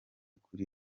kuri